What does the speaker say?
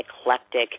eclectic